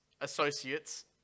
associates